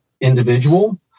individual